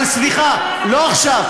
אבל סליחה, לא עכשיו.